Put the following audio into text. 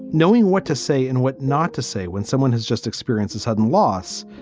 knowing what to say and what not to say when someone has just experienced a sudden loss,